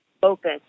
focus